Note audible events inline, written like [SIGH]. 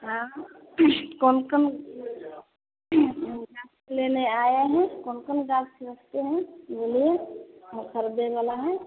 हाँ कौन कौन [UNINTELLIGIBLE] लेने आए हैं कौन कौन गास रखते हैं बोलिए हम खरदे वाला है